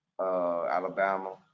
Alabama